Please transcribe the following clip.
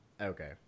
Okay